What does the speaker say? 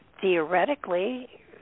theoretically